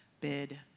bid